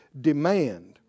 demand